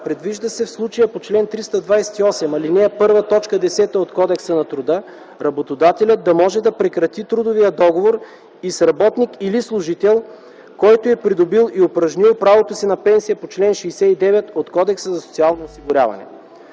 Предвижда се в случая по чл. 328, ал. 1, т. 10 от Кодекса на труда работодателят да може да прекрати трудовия договор и с работник или служител, който е придобил и упражнил правото си на пенсия по чл. 69 от Кодекса за социално осигуряване.